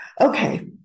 Okay